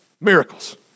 miracles